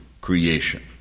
creation